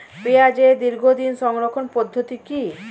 পেঁয়াজের দীর্ঘদিন সংরক্ষণ পদ্ধতি কি?